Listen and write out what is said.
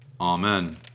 Amen